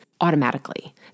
automatically